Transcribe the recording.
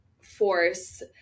force